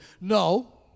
No